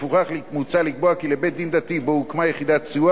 לפיכך מוצע לקבוע כי לבית-דין דתי שהוקמה בו יחידת סיוע